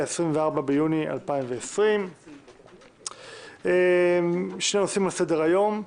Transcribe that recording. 24 ביוני 2020. שני נושאים על סדר היום: